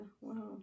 wow